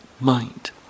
mind